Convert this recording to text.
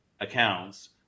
accounts